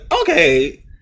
okay